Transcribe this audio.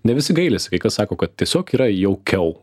ne visi gailisi kai kas sako kad tiesiog yra jaukiau